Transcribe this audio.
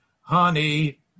Honey